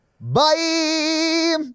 Bye